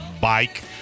bike